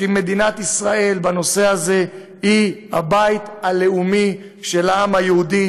כי מדינת ישראל בנושא הזה היא הבית הלאומי של העם היהודי,